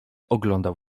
oglądał